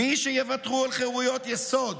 מי שיוותרו על חירויות יסוד